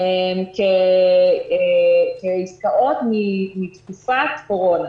כעסקאות מתקופת קורונה,